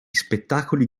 spettacoli